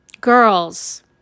girls